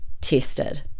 tested